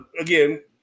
again